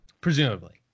Presumably